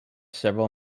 several